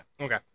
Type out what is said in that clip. Okay